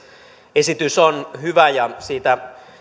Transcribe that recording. esitys on hyvä ja siitä